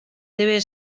debe